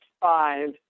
five